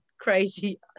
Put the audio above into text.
crazy